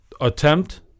attempt